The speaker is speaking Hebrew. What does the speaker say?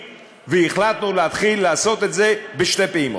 והחלטנו להתחיל לעשות את זה בשתי פעימות,